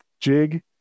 jig